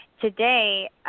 Today